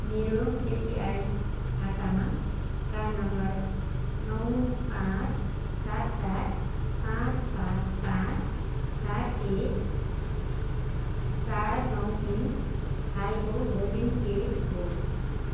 मेरो एपिआई खातामा PRAN number नौ पाँच सात सात पाँच पाँच पाँच सात एक चार नौ तिन हालको होल्डिङ के हो